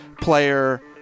player